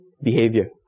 behavior